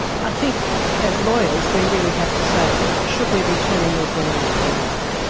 i think as lawyers we really have to say should we be turning these women into criminals?